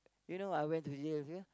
you know I went to jail